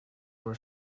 were